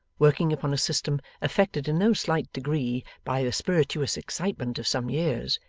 working upon a system affected in no slight degree by the spirituous excitement of some years,